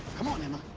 come on, emma.